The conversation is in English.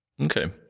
Okay